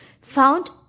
found